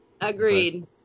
Agreed